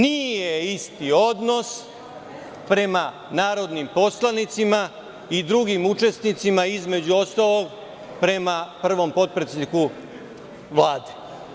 Nije isti odnos prema narodnim poslanicima i drugim učesnicima između ostalog prema prvom potpredsedniku Vlade.